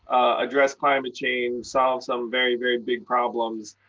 address climate change, solve some very, very big problems.